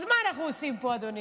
אז מה אנחנו עושים פה, אדוני?